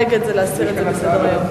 נגד זה להסיר מסדר-היום.